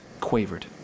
quavered